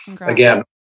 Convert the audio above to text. again